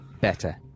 better